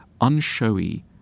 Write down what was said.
unshowy